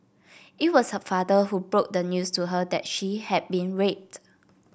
it was her father who broke the news to her that she had been raped